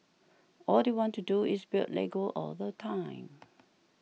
all they want to do is build Lego all the time